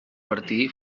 martí